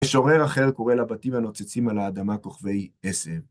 משורר אחר קורא לבתים הנוצצים על האדמה כוכבי עשר.